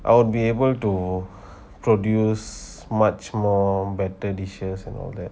I would be able to produce much more better dishes and all that